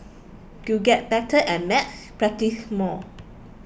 to get better at maths practise more